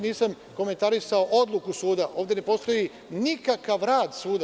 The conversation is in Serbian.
Nisam komentarisao odluku suda, ovde ne postoji nikakav rad suda.